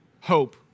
hope